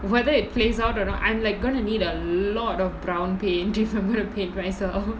whether it plays out a not I'm like going to need a lot of brown paint if I'm gonna paint myself